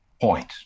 point